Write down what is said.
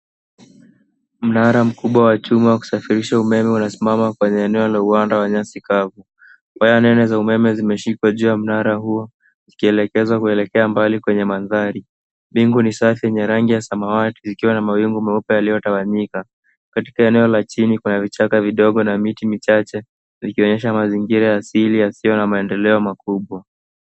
Mnara mkubwa wa chuma wa kusafirisha umeme unasimama kwenye eneo la uwanda wa nyasi kavu. Waya nene za umeme zimeshikwa juu ya mnara huo ikielekezwa kuelekea mbali kwenye mandhari. Bingu ni safi yenye rangi ya samawati zikiwa na mawingu meupe yaliyotawanyika. Katika eneo la chini kuna vichaka vidogo na miti michache vikionyesha mazingira ya asili yasiyo na maendeleo makubwa.